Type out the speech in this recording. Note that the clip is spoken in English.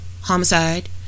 homicide